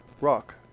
rock